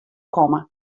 komme